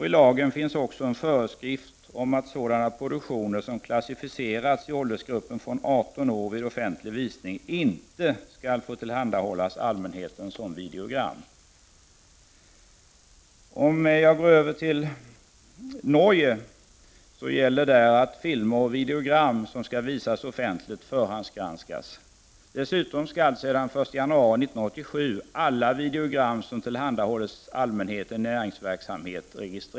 I lagen finns också en föreskrift om att sådana produktioner som klassificerats som tillåtna för åldersgruppen från 18 år vid offentlig visning, inte skall få tillhandahållas allmänheten som videogram. Jag går så över till bestämmelserna i Norge. Där gäller att filmer och videogram som skall visas offentligt skall förhandsgranskas. Dessutom skall sedan den 1 januari 1987 alla videogram registreras som tillhandahålles allmänheten i näringsverksamhet.